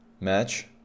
match